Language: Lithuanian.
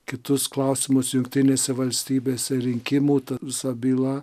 kitus klausimus jungtinėse valstybėse rinkimų visa byla